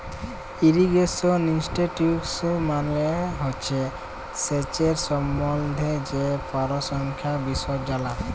irrigation statistics মালে হছে সেঁচের সম্বল্ধে যে পরিসংখ্যালের বিষয় জালা